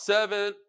Seven